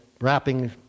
wrapping